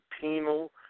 penal